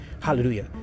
Hallelujah